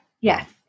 Yes